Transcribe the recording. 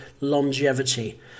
longevity